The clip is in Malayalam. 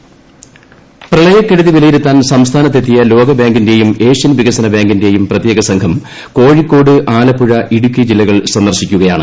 ലോക ബാങ്ക് സംഘ പ്രളയക്കെടുതി വിലയിരുത്താൻ സംസ്ഥാനത്തെത്തിയ ലോക ബാങ്കിന്റെയും ഏഷ്യൻ വികസന ബാങ്കിന്റെയും പ്രത്യേകസംഘം കോഴിക്കോട് ആലപ്പുഴ ഇടുക്കി ജില്ലകൾ സന്ദർശിക്കുകയാണ്